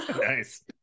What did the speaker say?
nice